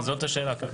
זאת השאלה.